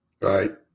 right